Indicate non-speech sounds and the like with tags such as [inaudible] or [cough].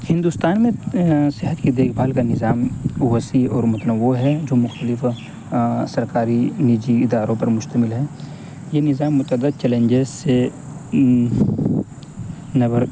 ہندوستان میں صحت کی دیکھ بھال کا نظام وسیع اور متنوع ہے جو مختلف سرکاری نجی اداروں پر مشتمل ہے یہ نظام متعدد چیلنجز سے [unintelligible] نبر